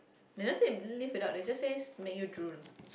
they never say live without they just says make you drool